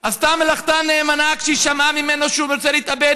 עשתה מלאכתה נאמנה: כשהיא שמעה ממנו שהוא רוצה להתאבד,